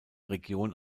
region